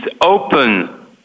open